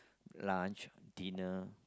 lunch dinner